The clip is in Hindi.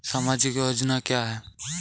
सामाजिक योजना क्या है?